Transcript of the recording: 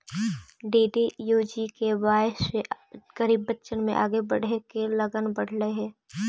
DDUGKY से गरीब बच्चन में आगे बढ़े के लगन बढ़ले हइ